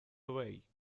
away